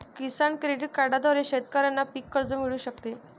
किसान credit कार्डद्वारे शेतकऱ्यांना पीक कर्ज मिळू शकते